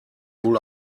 wohl